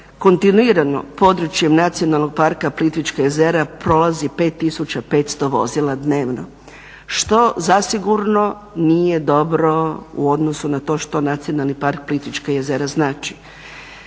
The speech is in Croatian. kontinuirano područjem Nacionalnog parka Plitvička jezera prolazi 5500 vozila dnevno što zasigurno nije dobro u odnosu na to što Nacionalni park Plitvička jezera znači.